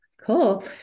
Cool